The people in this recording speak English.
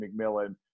McMillan